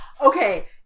okay